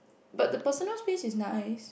but the personal space is nice